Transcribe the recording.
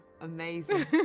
Amazing